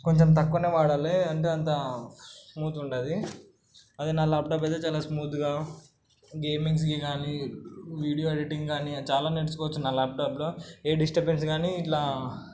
కొంచెం తక్కువనే వాడాలి అంటే అంత స్మూత్ ఉండదు అదే నా ల్యాప్టాప్ అయితే చాలా స్మూత్గా గేమింగ్స్కి కానీ వీడియో ఎడిటింగ్ కానీ చాలా నేర్చుకోవచ్చు నా ల్యాప్టాప్లో ఏ డిస్టబెన్స్ కానీ ఇట్లా